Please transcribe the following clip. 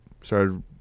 started